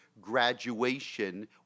graduation